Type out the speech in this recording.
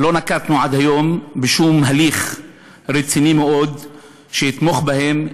לא נקטו עד היום שום מהלך רציני מאוד שיתמוך בהם,